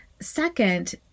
Second